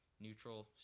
neutral